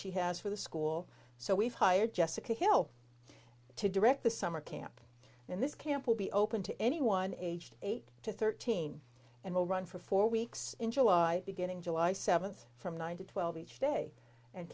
she has for the school so we've hired jessica hill to direct the summer camp in this camp will be open to anyone aged eight to thirteen and will run for four weeks in july beginning july seventh from nine to twelve each day and